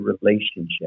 relationship